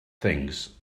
things